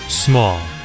Small